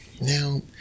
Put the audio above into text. Now